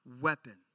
weapon